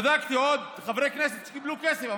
בדקתי עוד חברי כנסת שקיבלו כסף.